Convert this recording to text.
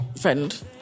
friend